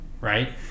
right